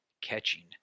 catching